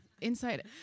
inside